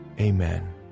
amen